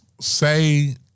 say